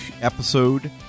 episode